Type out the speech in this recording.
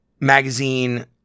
magazine